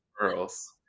girls